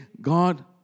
God